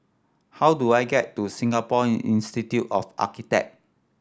how do I get to Singapore Institute of Architect